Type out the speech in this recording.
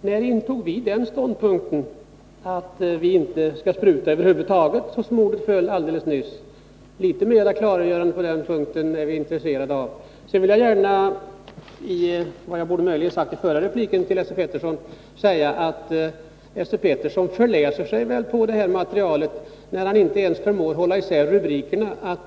När intog vi den 10 december 1981 ståndpunkten att vi inte skall spruta över huvud taget, som orden föll alldeles nyss? Litet mer klargöranden på den punkten är vi intresserade av. Lag om spridning Sedan vill jag gärna säga till Esse Petersson — och det borde jag möjligen ha av bekämpningssagt i min förra replik — att Esse Petersson tydligen förläser sig på det här medel över skogsmaterialet, när han inte ens förmår hålla isär rubrikerna.